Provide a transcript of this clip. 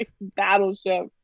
Battleship